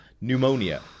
pneumonia